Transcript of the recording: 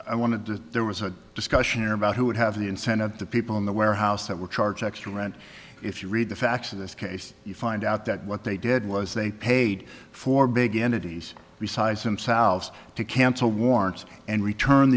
i wanted to there was a discussion about who would have the incentive to people in the warehouse that were charged extra rent if you read the facts of this case you find out that what they did was they paid for begin adiz resized themselves to cancel warrants and return